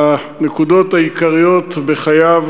בנקודות העיקריות בחייו.